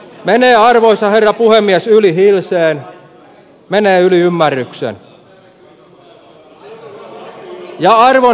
menee arvoisa herra puhemies yli hilseen menee yli ymmärryksen